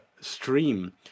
stream